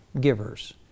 givers